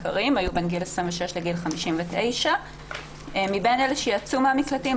בין גיל 26 לגיל 59. מבין אלו שיצאו מהמקלטים,